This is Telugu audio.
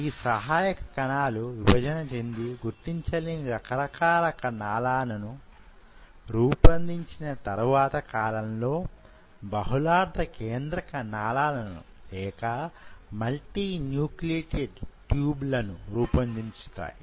ఈ సహాయక కణాలు విభజన చెంది గుర్తించలేని రకరకాల నాళాలను రూపొందించిన తరువాత కాలంలో బహుళార్థ కేంద్రక నాళాలను లేక మల్టినూక్లియేటెడ్ ట్యూబ్ లను రూపొందించుతాయి